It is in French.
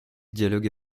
dialogue